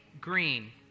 Green